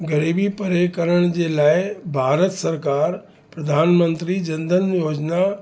ग़रीबी परे करण जे लाइ भारत सरकारि प्रधानमंत्री जन धन योजिना